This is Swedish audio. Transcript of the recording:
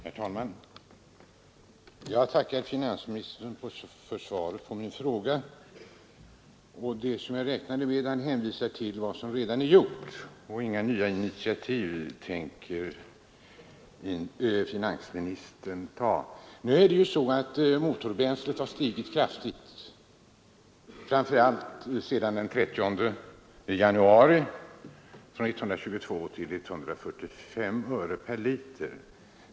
Herr talman! Jag tackar finansministern för svaret på min fråga. Som jag räknade med hänvisar finansministern till vad som redan är gjort, och han tänker inte ta några initiativ till nya åtgärder. Kostnaderna för motorbränsle har stigit kraftigt, framför allt sedan den 30 januari — från 122 till 145 öre per liter.